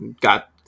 got